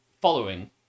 following